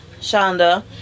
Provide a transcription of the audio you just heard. Shonda